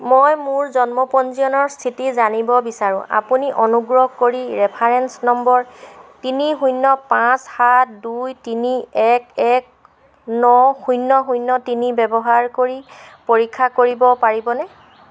মই মোৰ জন্ম পঞ্জীয়নৰ স্থিতি জানিব বিচাৰোঁ আপুনি অনুগ্ৰহ কৰি ৰেফাৰেন্স নম্বৰ তিনি শূন্য় পাঁচ সাত দুই তিনি এক এক ন শূন্য় শূন্য় তিনি ব্যৱহাৰ কৰি পৰীক্ষা কৰিব পাৰিবনে